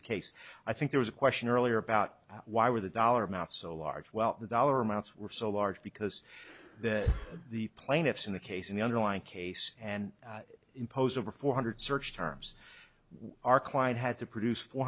the case i think there was a question earlier about why were the dollar amount so large well the dollar amounts were so large because that the plaintiffs in the case in the underlying case and imposed over four hundred search terms were our client had to produce four